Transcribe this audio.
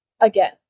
again